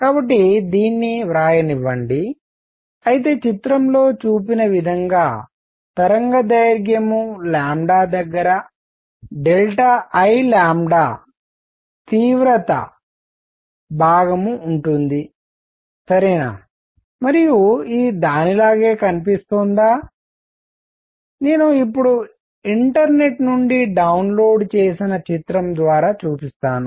కాబట్టి దీన్ని వ్రాయనివ్వండి అయితే చిత్రంలో చూపిన విధంగా తరంగదైర్ఘ్యం దగ్గర I అనే తీవ్రత భాగం ఉంది సరేనా మరియు ఇది దానిలాగే కనిపిస్తోందా నేను ఇప్పుడు ఇంటర్నెట్ నుండి డౌన్లోడ్ చేసిన చిత్రం ద్వారా చూపిస్తాను